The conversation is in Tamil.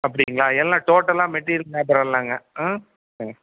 அப்படிங்களா எல்லாம் டோட்டலாக மெட்டீரியல் லேபர் எல்லாம்ங்க ம்